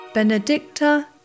Benedicta